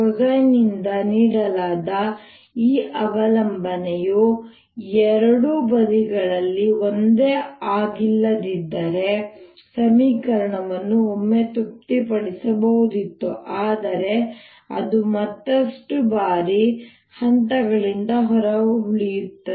ಕೊಸೈನ್ನಿಂದ ನೀಡಲಾದ ಈ ಅವಲಂಬನೆಯು ಎರಡೂ ಬದಿಗಳಲ್ಲಿ ಒಂದೇ ಆಗಿಲ್ಲದಿದ್ದರೆ ಸಮೀಕರಣವನ್ನು ಒಮ್ಮೆ ತೃಪ್ತಿಪಡಿಸಬಹುದಿತ್ತು ಆದರೆ ಅದು ಮತ್ತಷ್ಟು ಬಾರಿ ಹಂತದಿಂದ ಹೊರಗುಳಿಯುತ್ತದೆ